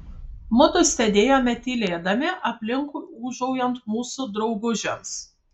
mudu sėdėjome tylėdami aplinkui ūžaujant mūsų draugužiams